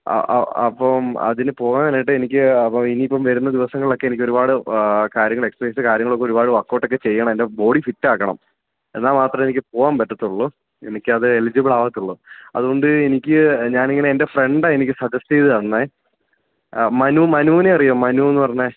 അപ്പം അതിൽ പോകാനായിട്ട് എനിക്ക് അപ്പം ഇനിയിപ്പം വരുന്ന ദിവസങ്ങളിൽ ഒക്കെ എനിക്ക് ഒരുപാട് കാര്യങ്ങൾ എക്സയിസ് കാര്യങ്ങളൊക്കെ ഒരുപാട് വർക്ഔട്ട് ഒക്കെ ചെയ്യണം എൻ്റെ ബോഡി ഫിറ്റ് ആക്കണം എന്നാൽ മാത്രമേ എനിക്ക് പോവാൻ പറ്റത്തുള്ളൂ എനിക്കത് എലിജിബിൾ ആകത്തുള്ളൂ അതുകൊണ്ട് എനിക്ക് ഞാനിങ്ങനെ എൻ്റെ ഫ്രണ്ട് ആണ് എനിക്ക് സജസ്റ്റ് ചെയ്തു തന്നത് ആ മനു മനുവിനെ അറിയുമോ മനു എന്നു പറഞ്ഞ